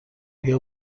بیا